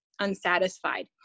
unsatisfied